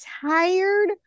tired